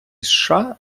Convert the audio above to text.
сша